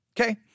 Okay